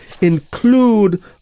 include